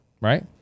right